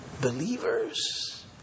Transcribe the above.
believers